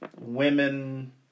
women